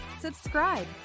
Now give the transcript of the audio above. subscribe